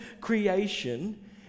creation